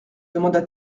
demanda